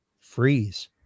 freeze